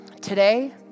Today